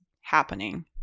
happening